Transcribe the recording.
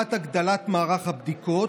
לטובת הגדלת מערך הבדיקות,